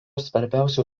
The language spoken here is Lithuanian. svarbiausių